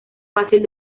fácil